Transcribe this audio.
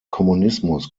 kommunismus